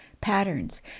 patterns